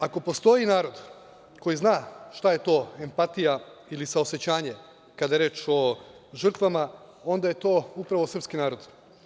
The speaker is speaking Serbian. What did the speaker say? Ako postoji narod koji zna šta je to empatija ili saosećanje kada je reč o žrtvama, onda je to upravo srpski narod.